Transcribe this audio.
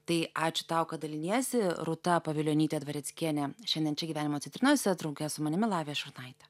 tai ačiū tau kad daliniesi rūta pavilionytė dvareckienė šiandien čia gyvenimo citrinose drauge su manimi lavija šurnaite